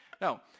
Now